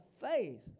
faith